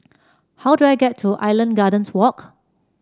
how do I get to Island Gardens Walk